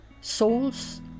Souls